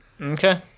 Okay